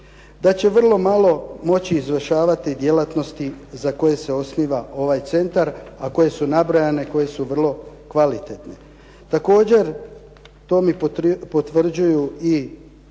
da će vrlo malo moći izvršavati djelatnosti za koje se osniva ovaj centar, a koje su nabrojane, koje su vrlo kvalitetne. Također, to mi potvrđuju i